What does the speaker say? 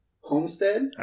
Homestead